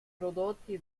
prodotti